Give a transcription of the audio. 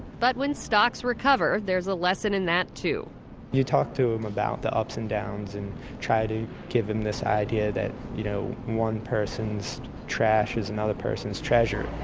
but when stocks recover, there's a lesson in that, too you talk to them about the ups and downs and try to give them this idea that you know one person's trash is another person's treasure